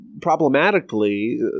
problematically